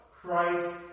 Christ